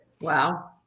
Wow